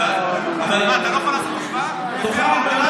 אבל מה, אתה לא יכול לעשות השוואה, לפברואר